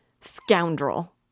Scoundrel